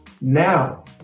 Now